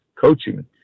coaching